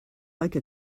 like